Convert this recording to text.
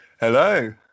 Hello